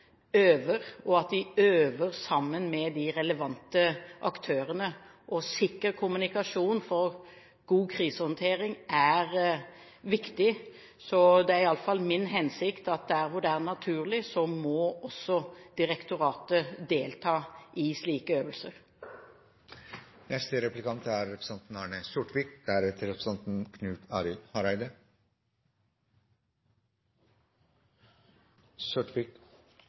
øver og at de øver sammen med de relevante aktørene. Sikker kommunikasjon for god krisehåndtering er viktig. Det er i alle fall min hensikt at der hvor det er naturlig, må også direktoratet delta i slike øvelser.